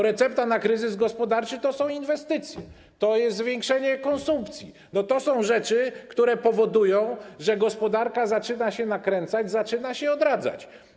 Recepta na kryzys gospodarczy to są inwestycje, to jest zwiększenie konsumpcji, to są rzeczy, które powodują, że gospodarka zaczyna się nakręcać, zaczyna się odradzać.